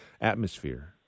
atmosphere